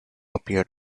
appeared